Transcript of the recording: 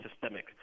systemic